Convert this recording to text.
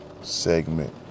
segment